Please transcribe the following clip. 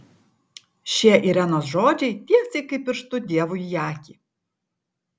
šie irenos žodžiai tiesiai kaip pirštu dievui į akį